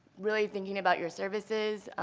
really thinking about your services.